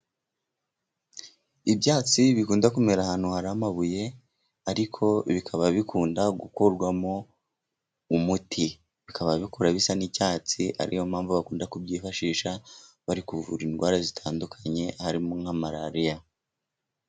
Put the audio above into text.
Ibyatsi bikunda kumera ahantu hari amabuye ariko bikaba bikunda gukorwamo umuti, bikaba bikura bisa n'icyatsi ariyo mpamvu bakunda kubyifashisha bari kuvura indwara zitandukanye, harimo nka maraliya.